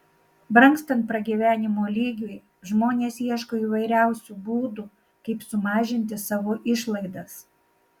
brangstant pragyvenimo lygiui žmonės ieško įvairiausių būdų kaip sumažinti savo išlaidas